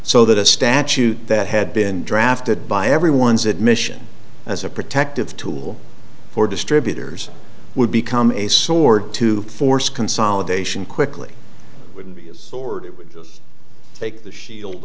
so that a statute that had been drafted by everyone's admission as a protective tool for distributors would become a sword to force consolidation quickly would be a sword would take the shield